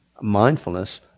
mindfulness